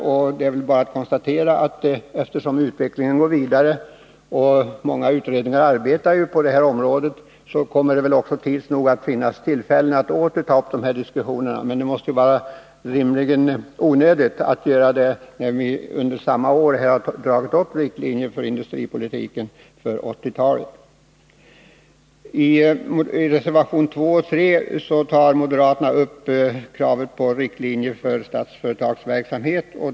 Jag vill bara konstatera att eftersom utvecklingen går vidare och många utredningar arbetar på detta område, så kommer det tids nog att bli tillfälle att åter ta upp denna diskussion. Men det måste rimligen vara onödigt att göra det nu, när vi under detta år dragit upp riktlinjer för industripolitiken under 1980-talet. I reservationerna 2 och 3 tar moderaterna upp kravet på riktlinjer för Statsföretags verksamhet.